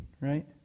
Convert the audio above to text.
right